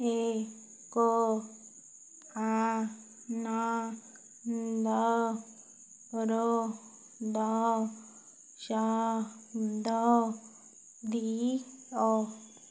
ଏକ ଆନନ୍ଦପ୍ରଦ ଶବ୍ଦ ଦିଅ